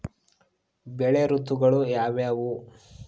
ಬೆಳೆ ಋತುಗಳು ಯಾವ್ಯಾವು?